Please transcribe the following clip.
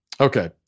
Okay